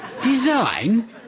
Design